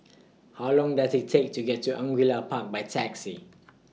How Long Does IT Take to get to Angullia Park By Taxi